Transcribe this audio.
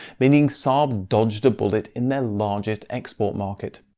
meaning saab dodged a bullet in their largest export market.